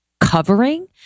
covering